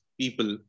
people